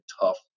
tough